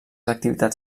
activitats